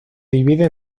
divide